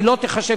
לא תיחשב